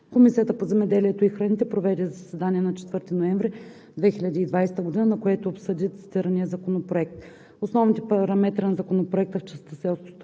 Комисията по земеделието и храните проведе заседание на 4 ноември 2020 г., на което обсъди цитирания законопроект. Основните параметри на Законопроекта в частта „селско